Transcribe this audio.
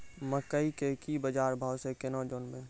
मकई के की बाजार भाव से केना जानवे?